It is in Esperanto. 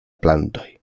plantoj